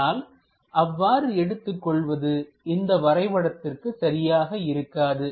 ஆனால் அவ்வாறு எடுத்துக் கொள்வது இந்த வரைபடத்திற்கு சரியாக இருக்காது